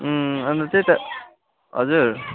अन्त त्यही त हजुर